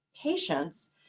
patients